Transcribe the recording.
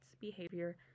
behavior